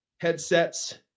headsets